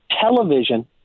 television